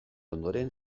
ondoren